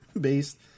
based